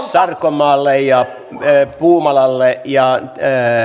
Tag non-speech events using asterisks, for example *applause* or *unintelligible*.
*unintelligible* sarkomaalle ja edustaja puumalalle ja